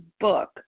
book